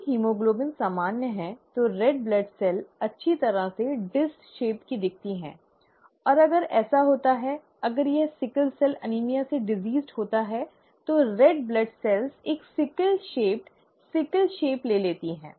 यदि हीमोग्लोबिन सामान्य है तो लाल रक्त कोशिका अच्छी तरह से डिस्क के आकार की दिखती है और अगर ऐसा होता है अगर यह सिकल सेल एनीमिया से ग्रस्त होता है तो लाल रक्त कोशिका एक सिकल आकार सिकल आकार ले लेती है